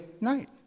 night